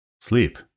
Sleep